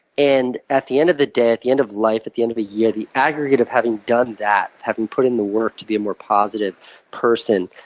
and, at the end of the day, at the end of life, at the end of a year, the aggregate of having done that, having put in the work to be a more positive person,